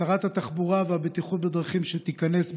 שרת התחבורה והבטיחות בדרכים שתיכנס,